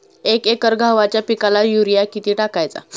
एक एकर गव्हाच्या पिकाला युरिया किती टाकायचा?